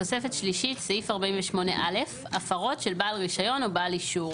תוספת שלישית סעיף 48 א' הפרות של בעל רישיון או בעל אישור.